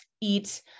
eat